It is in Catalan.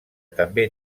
també